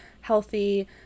Healthy